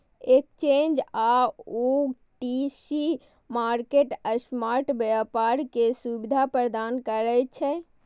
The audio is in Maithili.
एक्सचेंज आ ओ.टी.सी मार्केट स्पॉट व्यापार के सुविधा प्रदान करै छै